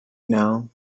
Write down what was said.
now